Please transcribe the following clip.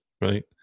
right